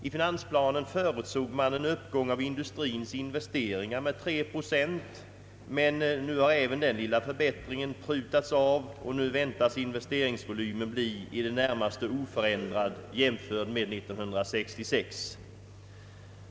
I finansplanen förutsåg man en uppgång av industrins investeringar med 3 procent, men nu har även den lilla förbättringen prutats av. Nu väntas investeringsvolymen bli i det närmaste oförändrad jämfört med 1966.